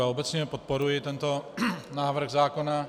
Obecně podporuji tento návrh zákona.